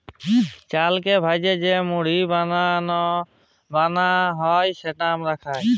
চালকে ভ্যাইজে যে মুড়ি বালাল হ্যয় যেট আমরা খাই